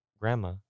Grandma